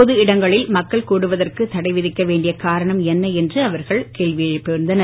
பொது இடங்களில் மக்கள் கூடுவதற்கு தடை விதிக்க வேண்டிய காரணம் என்ன என்று அவர்கள் கேள்வி எழுப்பியிருந்தனர்